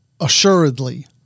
assuredly